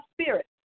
spirit